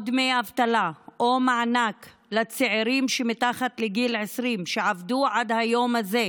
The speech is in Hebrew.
או דמי אבטלה או מענק לצעירים מתחת לגיל 20 שעבדו עד היום הזה,